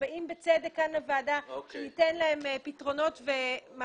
שבאים בצדק לוועדה כדי שניתן להם פתרונות ומענה.